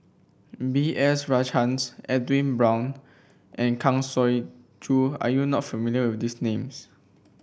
B S Rajhans Edwin Brown and Kang Siong Joo are you not familiar with these names